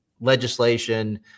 legislation